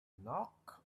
knock